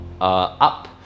up